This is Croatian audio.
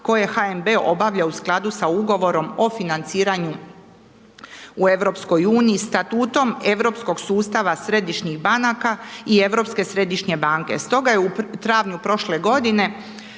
koje HNB obavlja u skladu sa ugovorom o financiranju u EU-u statutom europskog sustava središnjih banaka i Europske središnje banke. Stoga je u travnju prošle godine